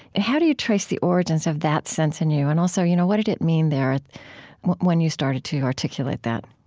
how do you trace the origins of that sense in you? and also, you know what did it mean there when you started to articulate that?